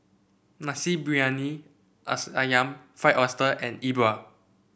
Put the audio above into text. Nasi Briyani ayam Fried Oyster and Yi Bua